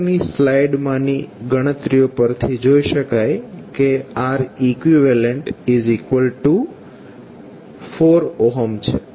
ઉપરની સ્લાઇડમાંની ગણતરીઓ પરથી જોઇ શકાય છે કે Req4 છે